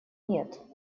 нет